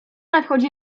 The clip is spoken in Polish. nadchodzi